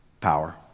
Power